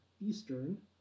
eastern